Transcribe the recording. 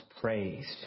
praised